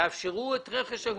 תאפשרו את רכש הגומלין.